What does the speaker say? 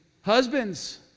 Husbands